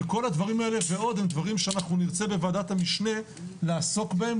וכל הדברים האלה ועוד הם דברים שאנחנו נרצה בוועדת המשנה לעסוק בהם,